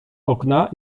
okna